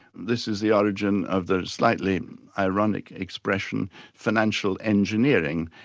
this is the origin of the slightly ironic expression financial engineering,